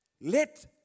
Let